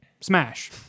Smash